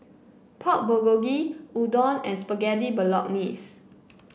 Pork Bulgogi Udon and Spaghetti Bolognese